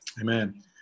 Amen